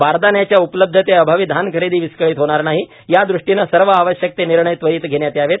बारदानांच्या उपलब्धतेअभावी धानखरेदी विस्कळीत होणार नाही यादृष्टीने सर्व आवश्यक ते निर्णय त्वरीत घेण्यात यावेत